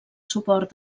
suport